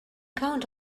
count